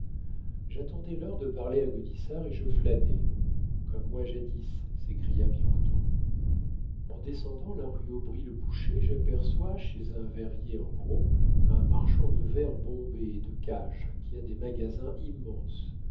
j'attendais l'heure de parler à gaudissart et je flânais comme moi jadis s'écria birotteau en descendant la rue aubry le boucher j'aperçois chez un verrier en gros un marchand de verres bombés et de cages qui a des magasins immenses